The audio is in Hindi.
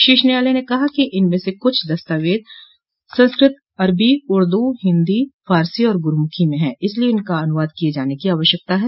शीष न्यायालय ने कहा कि इनमें से कुछ दस्तावेज संस्कृत अरबी उर्दू हिन्दी फारसी और गुरमुखी में हैं इसलिए इनका अनुवाद किए जाने की आवश्यकता है